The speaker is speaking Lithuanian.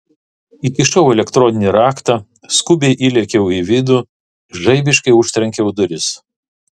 įkišau elektroninį raktą skubiai įlėkiau į vidų žaibiškai užtrenkiau duris